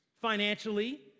financially